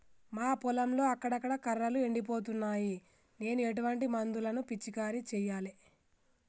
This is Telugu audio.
మా పొలంలో అక్కడక్కడ కర్రలు ఎండిపోతున్నాయి నేను ఎటువంటి మందులను పిచికారీ చెయ్యాలే?